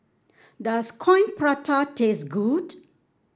does Coin Prata taste good